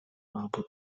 albo